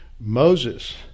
Moses